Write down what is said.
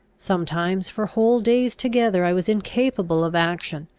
sometimes for whole days together i was incapable of action,